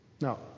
Now